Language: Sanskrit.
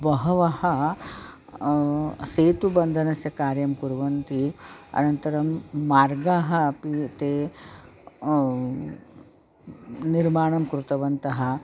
बहवः सेतुबन्धनस्य कार्यं कुर्वन्ति अनन्तरं मार्गाः अपि ते निर्माणं कृतवन्तः